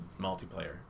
multiplayer